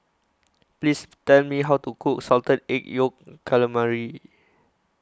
Please Tell Me How to Cook Salted Egg Yolk Calamari